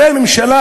הרי ממשלה